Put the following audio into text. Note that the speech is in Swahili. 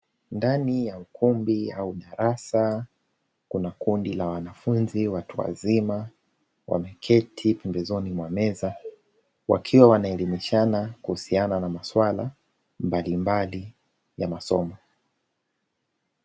Ndani ya ukumbi au darasa kuna kundi la wanafunzi watu wazima wameketi pembezoni mwa meza wakiwa wanaelimishana kuhusiana na masuala mbalimbali ya masomo.